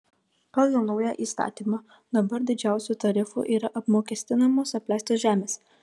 pagal naują įstatymą dabar didžiausiu tarifu yra apmokestinamos apleistos žemės